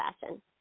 fashion